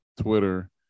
Twitter